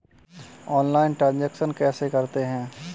Online transaction कैसे करते हैं?